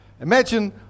Imagine